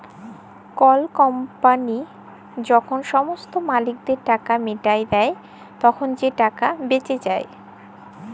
call company যখল সমস্ত মালিকদের টাকা মিটাঁয় দেই, তখল যে টাকাট বাঁচে থ্যাকে